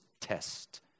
test